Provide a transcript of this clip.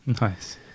Nice